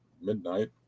midnight